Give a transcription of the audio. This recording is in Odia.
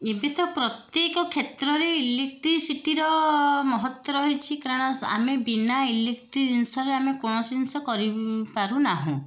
ଏବେ ତ ପ୍ରତ୍ୟେକ କ୍ଷେତ୍ରରେ ଇଲେକ୍ଟ୍ରିସିଟିର ମହତ୍ତ୍ଵ ରହିଛି କାରଣ ସ ଆମେ ବିନା ଇଲେକ୍ଟ୍ରି ଜିନିଷରେ ଆମେ କୌଣସି ଜିନିଷ କରି ପାରୁନାହୁଁ